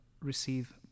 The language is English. receive